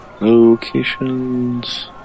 Locations